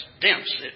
dense